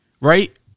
right